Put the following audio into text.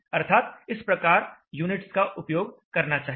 अर्थात इस प्रकार यूनिट्स का उपयोग करना चाहिए